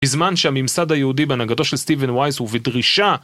בזמן שהממסד היהודי בהנהגתו של סטיבן וייס הוא בדרישה